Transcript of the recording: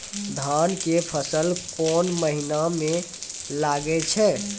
धान के फसल कोन महिना म लागे छै?